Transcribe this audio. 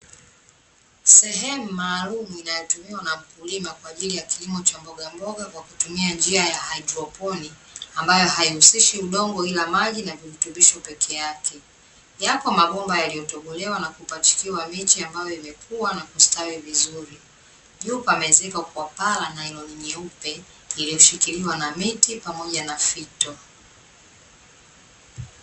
Sehemu maalumu inayotumiwa na wakulima kwa ajili ya kilimo cha mboga mboga kwa kutumia njia ya haidroponi ambayo haihusishi udongo ila maji na virutubisho peke yake. Yako mabomba yaliyotobolewa na kupachikiwa miche ambayo imekuwa na kustawi vizuri. Juu pameezekwa kwa paa nailoni nyeupe iliyoshikiliwa na miti pamoja na fito.